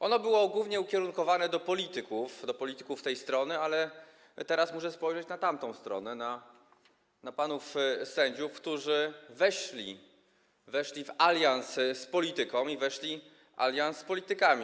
Ono było głównie ukierunkowane do polityków, do polityków tej strony, ale teraz muszę spojrzeć w tamtą stronę, na panów sędziów, którzy weszli w alians z polityką, weszli w alians z politykami.